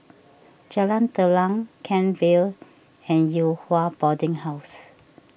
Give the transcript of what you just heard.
Jalan Telang Kent Vale and Yew Hua Boarding House